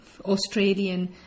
Australian